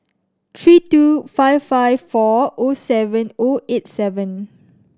three two five five four O seven O eight seven